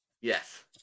Yes